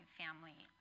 family